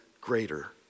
greater